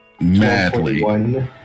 madly